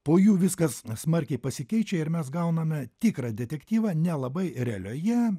po jų viskas smarkiai pasikeičia ir mes gauname tikrą detektyvą nelabai realioje